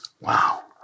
Wow